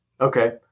Okay